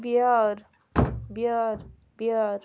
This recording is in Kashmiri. بیٲر بیٲر بیٲر